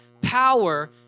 power